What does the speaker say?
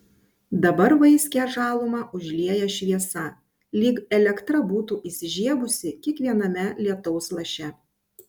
dabar vaiskią žalumą užlieja šviesa lyg elektra būtų įsižiebusi kiekviename lietaus laše